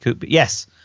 Yes